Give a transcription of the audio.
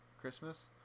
Christmas